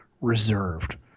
reserved